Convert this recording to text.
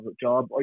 job